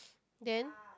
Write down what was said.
then